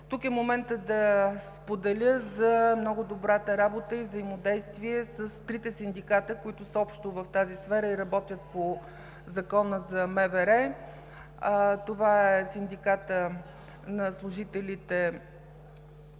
Тук е моментът да споделя за много добрата работа и взаимодействие с трите синдиката, които са общо в тази сфера, и работят по Закона за Министерството на вътрешните